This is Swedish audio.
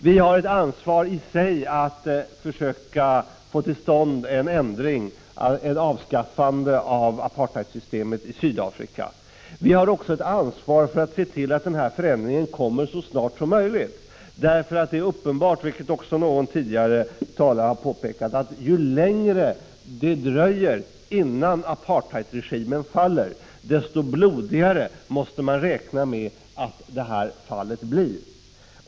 Vi har ett ansvar i sig att försöka få till stånd en ändring och ett avskaffande av apartheidsystemet i Sydafrika. Vi har också ett ansvar att se till att förändringen kommer så snart som möjligt. Som någon tidigare talare har påpekat, är det nämligen uppenbart att ju längre det dröjer innan apartheidregimen faller, desto blodigare måste man räkna med att fallet blir.